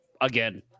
again